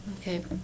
Okay